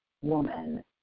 woman